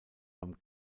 beim